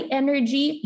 energy